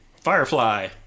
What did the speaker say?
Firefly